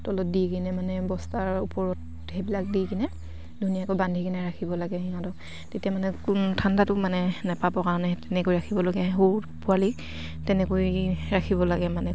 তলত দি কিনে মানে বস্তাৰ ওপৰত সেইবিলাক দি কিনে ধুনীয়াকৈ বান্ধি কিনে ৰাখিব লাগে সিহঁতক তেতিয়া মানে ঠাণ্ডাটো মানে নেপাবৰ কাৰণে তেনেকৈ ৰাখিব লাগে সৰু পোৱালিক তেনেকৈ ৰাখিব লাগে মানে